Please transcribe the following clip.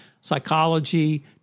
psychology